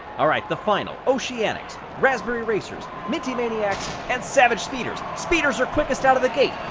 all right, the final. oceanics, raspberry racers, minty maniacs, and savage speeders. speeders are quickest out of the gate.